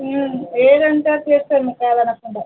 ఏదంటే అది చేస్తారు కాదనుకుండా